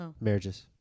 marriages